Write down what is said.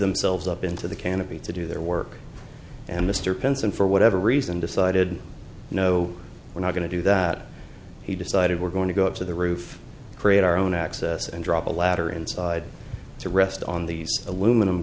themselves up into the canopy to do their work and mr pence and for whatever reason decided no we're not going to do that he decided we're going to go up to the roof create our own access and drop a ladder inside to rest on these aluminum